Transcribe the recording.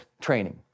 training